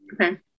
Okay